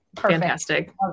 fantastic